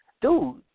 dude